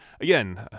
again